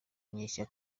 muri